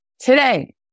today